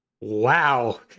Wow